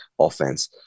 offense